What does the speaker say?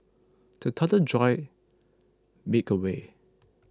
the thunder jolt me awake